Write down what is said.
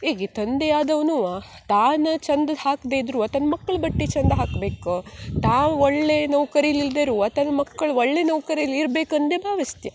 ಈಗ ತಂದೆ ಆದವ್ನೂ ತಾನು ಚಂದದ ಹಾಕದೆ ಇದ್ರೂ ತನ್ನ ಮಕ್ಳು ಬಟ್ಟೆ ಚಂದ ಹಾಕ್ಬೇಕು ತಾ ಒಳ್ಳೆಯ ನೌಕರಿಲಿ ಇಲ್ದೇರೂ ತನ್ನ ಮಕ್ಳು ಒಳ್ಳೆಯ ನೌಕರಿಲಿ ಇರ್ಬೇಕಂದು ಭಾವಿಸ್ತ್ಯ